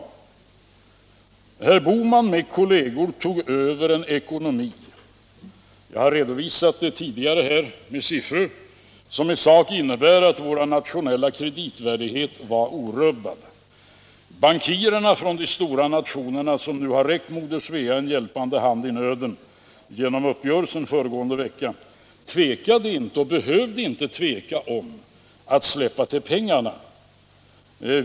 Herr Bohman med kolleger tog över en ekonomi — jag har redovisat det tidigare med siffror — som i sak innebar att vår nationella kreditvärdighet var orubbad. Bankirerna från de stora nationer som nu har räckt Moder Svea en hjälpande hand i nöden genom uppgörelsen föregående vecka tvekade inte och behövde inte tveka om att släppa till pengarna.